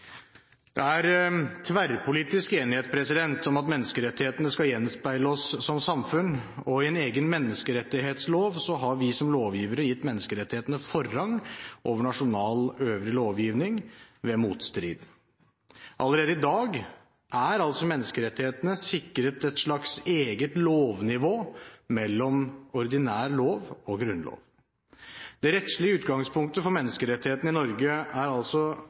Det er tverrpolitisk enighet om at menneskerettighetene skal gjenspeile oss som samfunn, og i en egen menneskerettighetslov har vi som lovgivere gitt menneskerettighetene forrang over nasjonal øvrig lovgivning ved motstrid. Allerede i dag er menneskerettighetene sikret et slags eget lovnivå mellom ordinær lov og grunnlov. Det rettslige utgangspunket for menneskerettighetene i Norge er altså